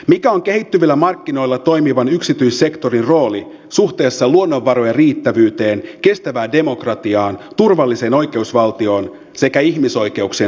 mikä on kehittyvillä markkinoilla toimivan yksityissektorin rooli suhteessa luonnonvarojen riittävyyteen kestävään demokratiaan turvalliseen oikeusvaltioon sekä ihmisoikeuksien toteutumiseen